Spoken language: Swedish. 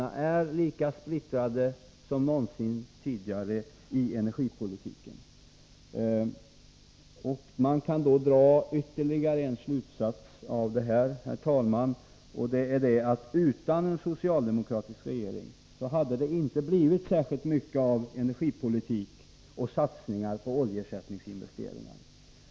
De är där lika splittrade som någonsin tidigare. Man kan dra ytterligare en slutsats av detta, herr talman, och det är att utan en socialdemokratisk regering hade det inte blivit särskilt mycket av energipolitik och satsningar på oljeersättningsinvesteringar.